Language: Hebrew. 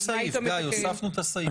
יש סעיף, הוספנו את הסעיף.